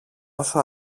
όσο